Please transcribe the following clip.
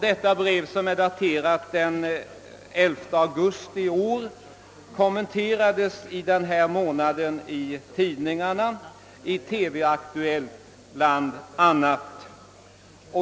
Detta brev, som är daterat den 11 augusti i år, kommenterades denna månad i tidningarna och i TV-Aktuellt.